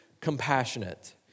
compassionate